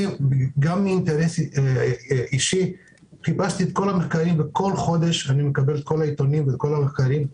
כל חודש אני מקבל את כל העיתונים ואת כל המחקרים.